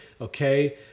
Okay